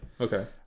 Okay